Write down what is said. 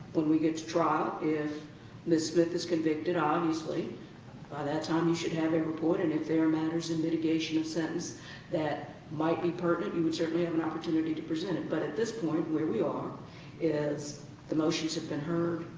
when we get to trial, if ms. smith is convicted, obviously by that time you should have a report. and if there are matters in mitigation of sentence that might be pertinent, you and would certainly have an opportunity to present it. but at this point, where we are is the motions have been heard,